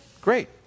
great